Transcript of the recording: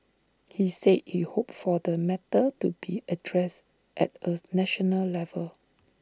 he said he hoped for the matter to be addressed at A national level